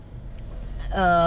err